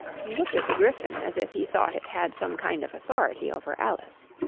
he looked at the gryphon as if he thought it had some kind of authority over alice.